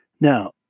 Now